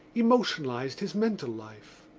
emotionalised his mental life.